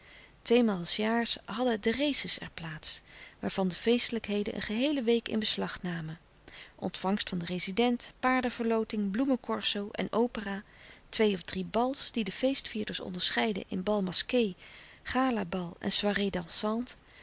s jaars hadden de races er plaats waarvan de feestelijkheden een geheele week in beslag namen ontvangst van den rezident paardenverloting bloemencorso en opera twee of drie bals die de feestvierders onderscheidden in bal masqué gala bal en soirée dansante